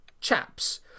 Chaps